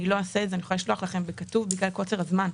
לא אעשה את זה, אשלח לכם בכתב, בגלל קוצר הזמן.